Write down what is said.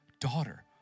daughter